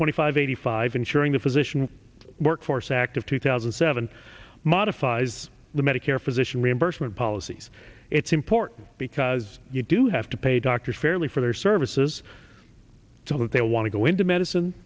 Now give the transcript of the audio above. twenty five eighty five insuring the physician workforce act of two thousand and seven modifies the medicare physician reimbursement policies it's important because you do have to pay doctors fairly for their services so if they want to go into medicine